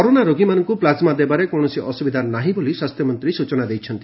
corona ରୋଗୀମାନଙ୍କୁ plasma ଦେବାରେ କୌଣସି ଅସୁବିଧା ନାହିଁ ବୋଲି ସ୍ୱାସ୍ଥ୍ୟମନ୍ତ୍ରୀ ସୂଚନା ଦେଇଛନ୍ତି